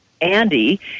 Andy